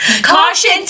CAUTION